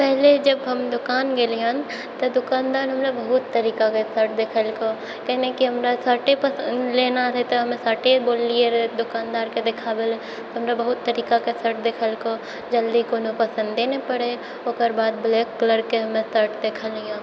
पहिने जब हम दोकान गेलियनि तऽ दोकानदार हमरा बहुत तरीकाके शर्ट देखओलकौ किया नहि कि हमरा शर्टे लेना रहै तऽ हमे शर्टे बोललियै रहए दोकानदारके देखाबैले तऽ हमरा बहुत तरिकाके शर्ट देखौलकौ जल्दी कोनो पसन्दे नहि पड़ै ओकर बाद ब्लैक कलरके हमे शर्ट देखलियै